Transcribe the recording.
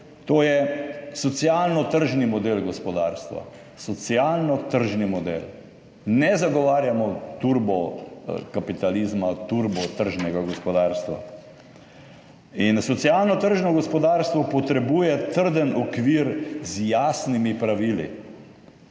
model socialnega tržnega gospodarstva. Ne zagovarjamo turbo kapitalizma, turbo tržnega gospodarstva. Socialno tržno gospodarstvo potrebuje trden okvir z jasnimi pravili.